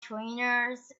trainers